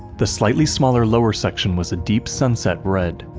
the slightly-smaller lower section was a deep sunset red,